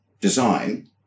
design